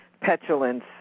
petulance